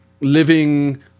living